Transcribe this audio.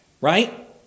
right